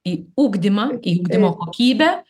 į ugdymą į ugdymo kokybę